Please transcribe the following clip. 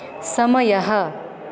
समयः